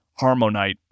Harmonite